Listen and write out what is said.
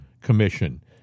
Commission